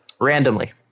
Randomly